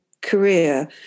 career